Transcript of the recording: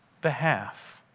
behalf